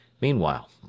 Meanwhile